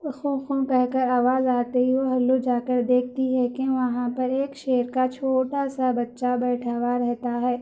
خوں خوں کہہ کر آواز آتے ہے وہ ہلو جا کر دیکھتی ہے کہ وہاں پر ایک شیر کا چھوٹا سا بچّہ بیٹھا ہوا رہتا ہے